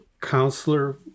counselor